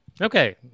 Okay